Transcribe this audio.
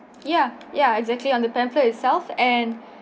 ya exactly on the pamphlet itself and